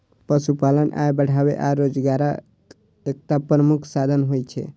पशुपालन आय बढ़ाबै आ रोजगारक एकटा प्रमुख साधन होइ छै